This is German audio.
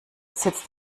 sitzt